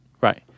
Right